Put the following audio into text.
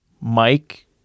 Mike